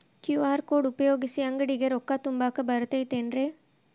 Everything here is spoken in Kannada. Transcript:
ಕ್ಯೂ.ಆರ್ ಕೋಡ್ ಉಪಯೋಗಿಸಿ, ಅಂಗಡಿಗೆ ರೊಕ್ಕಾ ತುಂಬಾಕ್ ಬರತೈತೇನ್ರೇ?